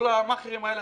כל המאכרים האלה,